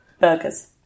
Burgers